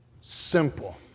simple